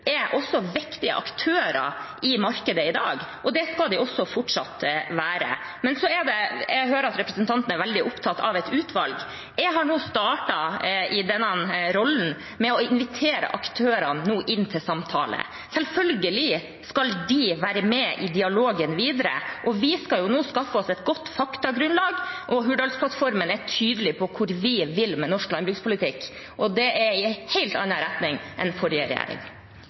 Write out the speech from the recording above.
er også viktige aktører i markedet i dag, og det skal de fortsatt være. Jeg hører at representanten er veldig opptatt av et utvalg. Jeg har nå startet i denne rollen med å invitere aktørene inn til samtale. Selvfølgelig skal de være med i dialogen videre, og vi skal nå skaffe oss et godt faktagrunnlag. Hurdalsplattformen er tydelig på hvor vi vil med norsk landbrukspolitikk, og det er i en helt annen retning enn forrige regjering